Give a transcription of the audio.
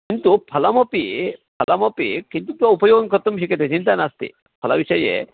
किन्तु फलमपि फलमपि किञ्चिद्वा उपयोगं कर्तुं शक्यते चिन्ता नास्ति फलविषये